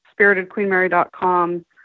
spiritedqueenmary.com